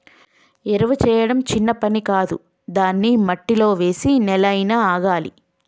ఎరువు చేయడం చిన్న పని కాదు దాన్ని మట్టిలో వేసి నెల అయినా ఆగాలి